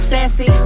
Sassy